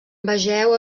vegeu